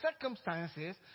circumstances